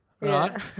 Right